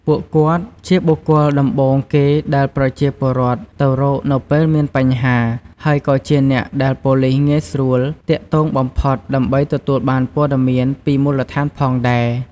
ពួកគាត់ជាបុគ្គលដំបូងគេ ដែលប្រជាពលរដ្ឋទៅរកនៅពេលមានបញ្ហា ហើយក៏ជាអ្នកដែលប៉ូលីសងាយស្រួលទាក់ទងបំផុតដើម្បីទទួលបានព័ត៌មានពីមូលដ្ឋានផងដែរ។